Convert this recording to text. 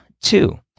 two